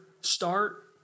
Start